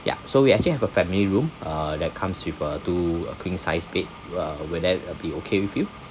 ya so we actually have a family room uh that comes with uh two uh queen size bed uh will that uh be okay with you